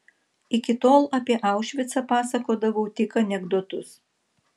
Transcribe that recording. iki tol apie aušvicą pasakodavau tik anekdotus